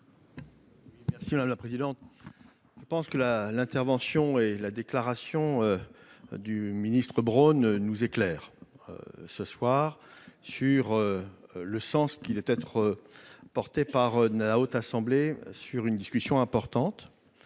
Merci madame la présidente, je pense que la l'intervention et la déclaration du ministre Brown nous éclaire ce soir sur le sens qu'il est, être porté par la haute assemblée sur une discussion importante,